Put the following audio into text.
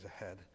ahead